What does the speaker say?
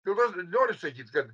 dėl to noriu sakyt kad